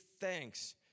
thanks